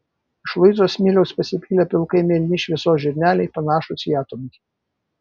iš luizos smiliaus pasipylę pilkai mėlyni šviesos žirneliai panašūs į atomus